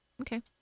okay